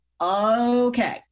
okay